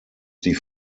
die